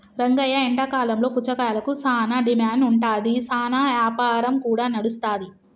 రంగయ్య ఎండాకాలంలో పుచ్చకాయలకు సానా డిమాండ్ ఉంటాది, సానా యాపారం కూడా నడుస్తాది